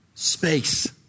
Space